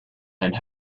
and